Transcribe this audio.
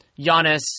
Giannis